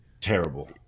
terrible